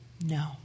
No